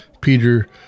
Peter